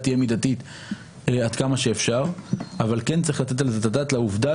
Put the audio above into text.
תהיה מידתית עד כמה שאפשר אבל כן צריך לתת את הדעת לעובדה